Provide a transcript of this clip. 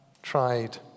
tried